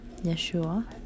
Yeshua